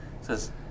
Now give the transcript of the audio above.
says